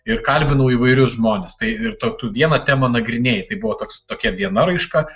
ir kalbinau įvairius žmones tai ir tu vieną temą nagrinėji tai buvo toks tokia viena raiška